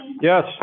Yes